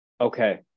Okay